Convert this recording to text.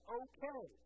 okay